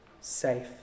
safe